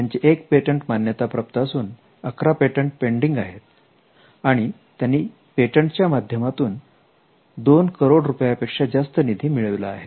त्यांचे 1 पेटंट मान्यताप्राप्त असून 11 पेटंट पेंडिंग आहेत आणि त्यांनी पेटंट च्या माध्यमातून दोन करोड रुपयांपेक्षा जास्त निधी मिळविला आहे